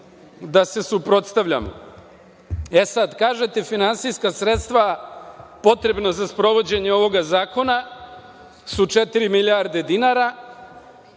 da se suprotstavljamo.E sad, kažete finansijska sredstva potrebna za sprovođenje ovoga zakona su četiri milijarde dinara.